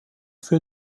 für